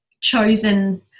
chosen